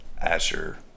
Asher